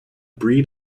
breed